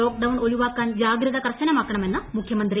lockdown ഒഴിവാക്കാൻ ജാഗ്രത കർശനമാക്കണമെന്ന് മുഖ്യമന്ത്രി